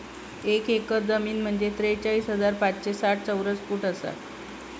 एक एकर जमीन म्हंजे त्रेचाळीस हजार पाचशे साठ चौरस फूट आसा